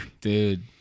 Dude